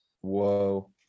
Whoa